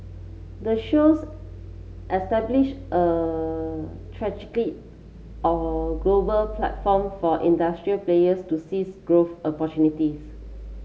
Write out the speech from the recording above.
the shows establish a or global platform for industry players to seize growth opportunities